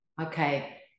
Okay